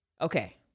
Okay